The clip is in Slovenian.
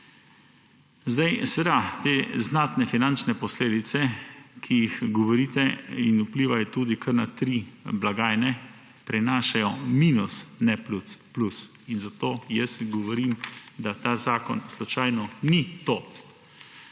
Seveda te znatne finančne posledice, o katerih govorite in vplivajo tudi kar na tri blagajne, prinašajo minus, ne plusa. Zato govorim, da ta zakon slučajno ni to.